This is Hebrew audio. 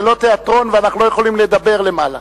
זה לא תיאטרון, ואנחנו לא יכולים לדבר למעלה.